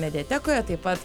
mediatekoje taip pat